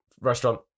Restaurant